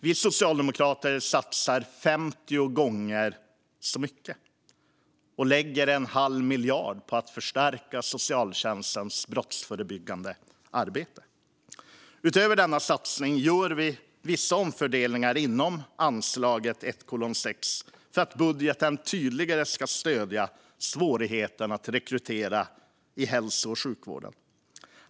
Vi socialdemokrater satsar 50 gånger så mycket och lägger en halv miljard på att förstärka socialtjänstens brottsförebyggande arbete. Utöver denna satsning gör vi vissa omfördelningar inom anslaget 1:6 för att budgeten tydligare ska stödja rekryteringen till hälso och sjukvården.